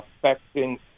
affecting